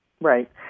Right